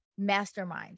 masterminds